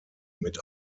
mit